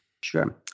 Sure